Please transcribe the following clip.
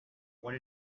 what